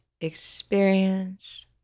experience